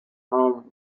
home